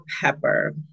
pepper